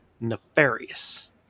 nefarious